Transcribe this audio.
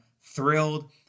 thrilled